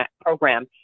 program